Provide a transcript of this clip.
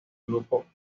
grupo